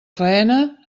faena